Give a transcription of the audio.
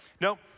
No